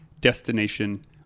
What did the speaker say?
Destination